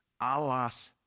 alas